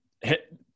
hit